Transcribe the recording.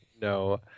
No